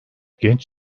genç